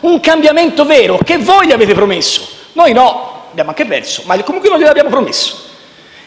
un cambiamento vero che voi avete promesso, noi no (abbiamo anche perso, ma comunque non glielo abbiamo promesso).